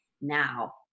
now